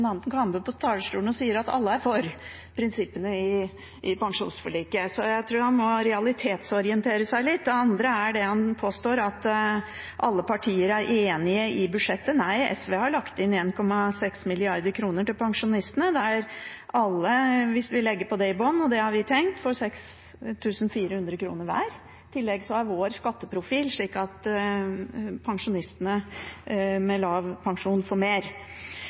Kambe på talerstolen og sier at alle er for prinsippene i pensjonsforliket. Jeg tror han må realitetsorientere seg litt. Det andre er at han påstår at alle partier er enig om budsjettet. Nei, SV har lagt inn 1,6 mrd. kr til pensjonistene, der alle – hvis vi legger på det i bunnen, og det har vi tenkt – får 6 400 kr hver. I tillegg er vår skatteprofil slik at pensjonistene med lav pensjon får mer.